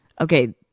okay